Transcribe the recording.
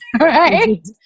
Right